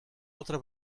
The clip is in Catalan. altra